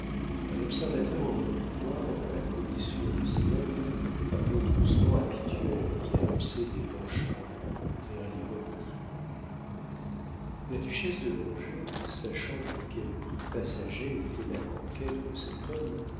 un observateur aurait pu voir dans la commissure de ses lèvres un retroussement habituel qui annonçait des penchants vers l'ironie illustration la duchesse de langeais avait reçu de la nature les qualités nécessaires pour jouer les rôles de coquette la duchesse de langeais la duchesse de langeais sachant de quel prix passager était la conquête de cet homme